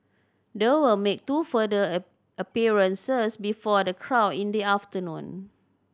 they will make two further a appearances before the crowd in the afternoon